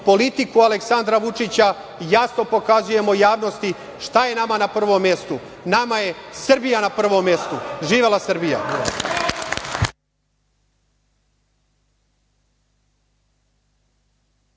politiku Aleksandra Vučića jasno pokazujemo javnosti šta je nama na prvom mestu. Nama je Srbija na prvom mestu. Živela Srbija!